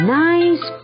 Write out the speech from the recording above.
nice